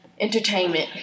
entertainment